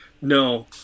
No